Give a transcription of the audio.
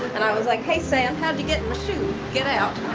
and i was like, hey, sand, how'd you get in my shoe? get out.